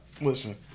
listen